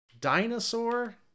Dinosaur